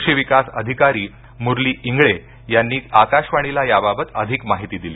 कृषीविकास अधिकारी मुरली इंगळे यांनी आकाशवाणीला या बाबत अधिक माहिती दिली